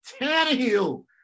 Tannehill